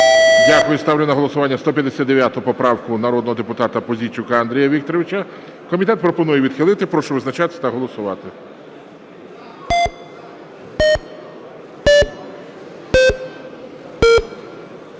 Дякую. Ставлю на голосування 159 поправку народного депутата Пузійчука Андрія Вікторовича. Комітет пропонує відхилити. Прошу визначатись та голосувати.